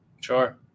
sure